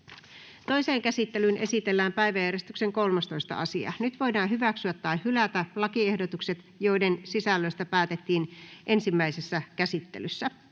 Toiseen käsittelyyn esitellään päiväjärjestyksen 14. asia. Nyt voidaan hyväksyä tai hylätä lakiehdotukset, joiden sisällöstä päätettiin ensimmäisessä käsittelyssä.